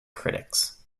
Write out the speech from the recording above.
critics